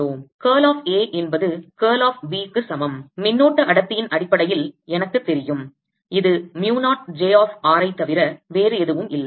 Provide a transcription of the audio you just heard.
curl of A என்பது curl of B க்கு சமம் மின்னோட்ட அடர்த்தியின் அடிப்படையில் எனக்கு தெரியும் இது mu 0 j of r ஐ தவிர வேறு எதுவும் இல்லை